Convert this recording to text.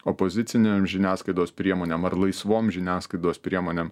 opozicinėm žiniasklaidos priemonėm ar laisvom žiniasklaidos priemonėm